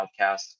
podcast